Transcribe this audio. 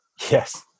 yes